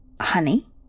Honey